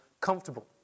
comfortable